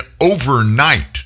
overnight